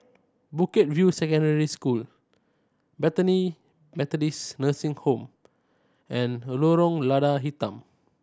Bukit View Secondary School Bethany Methodist Nursing Home and Lorong Lada Hitam